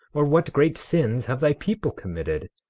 or what great sins have thy people committed,